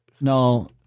No